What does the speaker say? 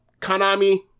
Konami